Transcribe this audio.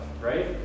right